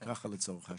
זה לצורך ההשוואה.